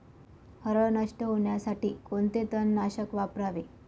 हरळ नष्ट होण्यासाठी कोणते तणनाशक वापरावे?